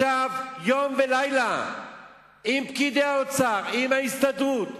ישב יום ולילה עם פקידי האוצר, עם ההסתדרות,